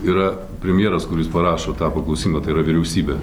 yra premjeras kuris parašo tą paklausimą tai yra vyriausybė